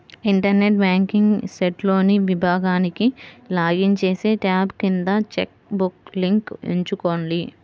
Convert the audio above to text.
internet banking సైట్లోని విభాగానికి login చేసి, ట్యాబ్ కింద చెక్ బుక్ లింక్ ఎంచుకోండి